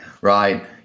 Right